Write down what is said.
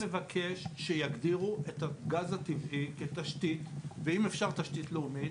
אני פשוט מבקש שיגדירו את הגז הטבעי כתשתית ואם אפשר תשתית לאומית,